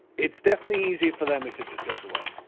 it's definitely easy for them if it just goes away